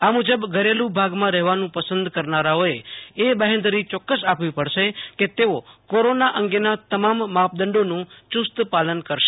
આ મુજબ ઘરેલુ ભાગમાં રહેવાનું પસંદ કરનારોઅએ એ બાહેંધરી ચોકકસ આપવી પડશે કે તેઓ કોરોના અંગેના તમામ માપદંડોનું ચુસ્ત પાલન કરે